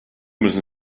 müssen